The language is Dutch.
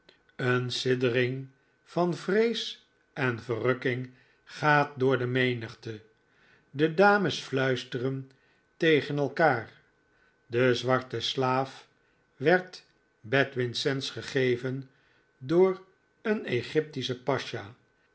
een siddering van vrees en verrukking gaat door de menigte de dames fluisteren tegen elkaar de zwarte slaaf werd bedwin sands gegeven door een egyptischen pasja